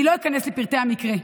אני לא איכנס לפרטי המקרה.